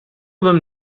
them